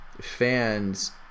fans